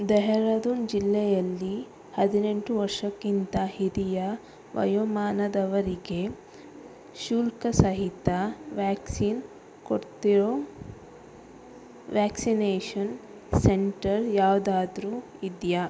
ಡೆಹ್ರಾಡೂನ್ ಜಿಲ್ಲೆಯಲ್ಲಿ ಹದಿನೆಂಟು ವರ್ಷಕ್ಕಿಂತ ಹಿರಿಯ ವಯೋಮಾನದವರಿಗೆ ಶುಲ್ಕ ಸಹಿತ ವ್ಯಾಕ್ಸಿನ್ ಕೊಡ್ತಿರೋ ವ್ಯಾಕ್ಸಿನೇಷನ್ ಸೆಂಟರ್ ಯಾವುದಾದ್ರು ಇದೆಯಾ